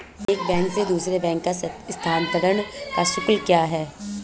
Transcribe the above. एक बैंक से दूसरे बैंक में स्थानांतरण का शुल्क क्या है?